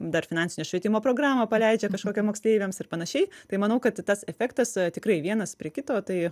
dar finansinio švietimo programą paleidžia kažkokią moksleiviams ir panašiai tai manau kad tas efektas tikrai vienas prie kito tai